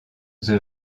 the